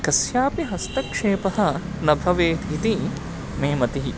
कस्यापि हस्तक्षेपः न भवेत् इति मे मतिः